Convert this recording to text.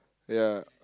ya